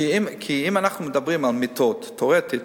כי אם אנחנו מדברים על מיטות, תיאורטית